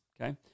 Okay